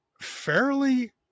fairly